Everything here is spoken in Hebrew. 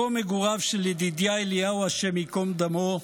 מקום מגוריו של ידידיה אליהו, השם ייקום דמו,